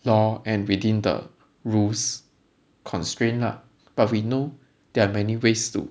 law and within the rules constraint lah but we know there are many ways to